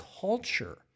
culture